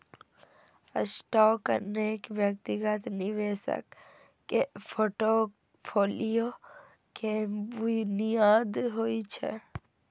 stock अनेक व्यक्तिगत निवेशक के फोर्टफोलियो के बुनियाद होइ छै